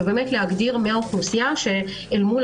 ובאמת להגדיר מי האוכלוסייה שאל מול